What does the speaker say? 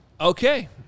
Okay